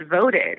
voted